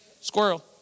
Squirrel